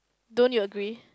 don't you agree